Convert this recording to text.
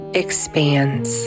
expands